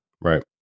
Right